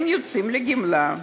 יוצאים לגמלאות,